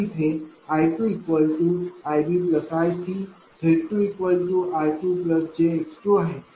तर इथे I2iBiC Z2 r2jx2आहे